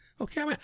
Okay